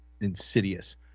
insidious